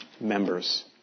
members